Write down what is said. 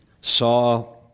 saw